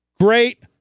great